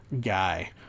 guy